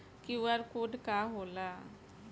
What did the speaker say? QR code का होला?